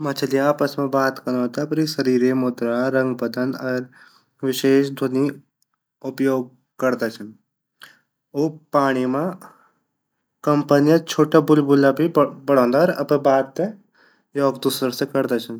मछलियाँ आपस मा बात कनो ते अपरी शरीरे मुद्रा रंग बदन अर विशेष ध्वनि उपयोग करदा छिन उ पाणी मा कंपन या छोटा बुलबुला भी बंडोदा अर अपरी बात ते योक दूसरा से करदा छिन।